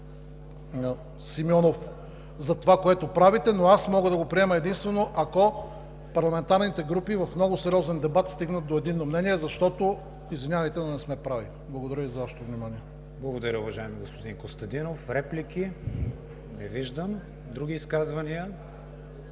Симеонов, за това, което правите, но мога да го приема единствено, ако парламентарните групи в много сериозен дебат стигнат до единно мнение, защото, извинявайте, но не сме прави. Благодаря за Вашето внимание. ПРЕДСЕДАТЕЛ КРИСТИАН ВИГЕНИН: Благодаря, уважаеми господин Костадинов. Реплики? Не виждам. Други изказвания?